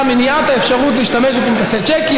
מניעת האפשרות להשתמש בפנקסי צ'קים,